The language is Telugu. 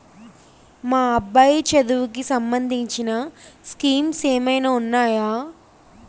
మా అబ్బాయి చదువుకి సంబందించిన స్కీమ్స్ ఏమైనా ఉన్నాయా?